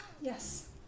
yes